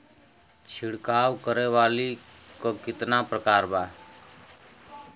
छिड़काव करे वाली क कितना प्रकार बा?